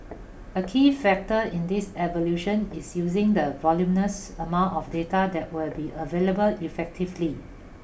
a key factor in this evolution is using the voluminous amount of data that will be available effectively